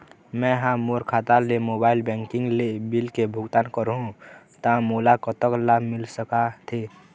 मैं हा मोर खाता ले मोबाइल बैंकिंग ले बिल के भुगतान करहूं ता मोला कतक लाभ मिल सका थे?